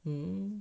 mm